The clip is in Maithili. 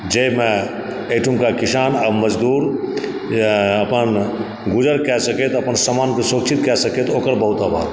जाहिमे एहिठुमका किसान आर मजदूर अपन गुजर कै सकथि अपन समानके सुरक्षित कए सकथि ओकर बहुत अभाव